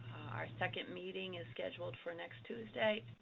our second meeting is scheduled for next tuesday.